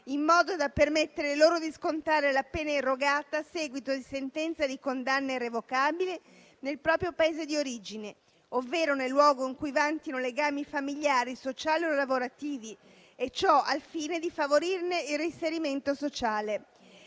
in modo da permettere loro di scontare la pena erogata a seguito di sentenza di condanna irrevocabile nel proprio Paese di origine, ovvero nel luogo in cui vantino legami familiari, sociali o lavorativi e ciò al fine di favorirne il reinserimento sociale.